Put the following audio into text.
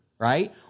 Right